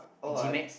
G Max